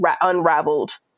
unraveled